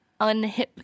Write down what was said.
unhip